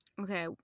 Okay